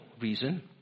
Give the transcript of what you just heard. reason